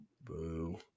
boo